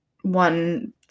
one